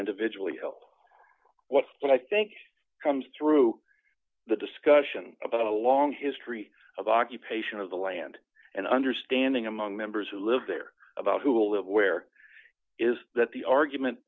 individually what i think comes through the discussion about a long history of occupation of the land and understanding among members who live there about who will live where is that the argument